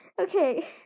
Okay